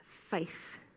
faith